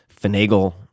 finagle